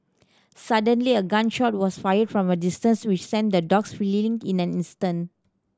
suddenly a gun shot was fired from a distance which sent the dogs fleeing in an instant